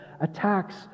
attacks